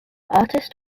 artists